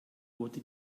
wurde